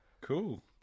Cool